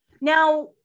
Now